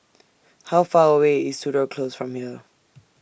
How Far away IS Tudor Close from here